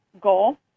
goal